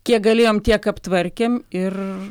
kiek galėjom tiek aptvarkėm ir